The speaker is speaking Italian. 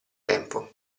tempo